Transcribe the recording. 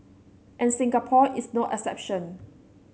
and Singapore is no exception